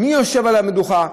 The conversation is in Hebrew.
מי יושב על המדוכה,